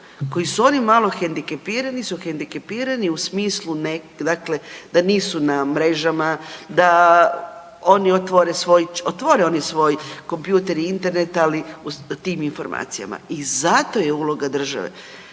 kojem su oni malo hendikepirani su hendikepirani u smislu da nisu na mrežama, da oni otvore svoj kompjuter i Internet, ali u tim informacijama i zato je uloga države.